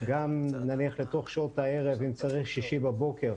גם לתוך שעות הערב ואם צריך בשישי בבוקר,